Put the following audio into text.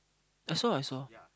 I saw I saw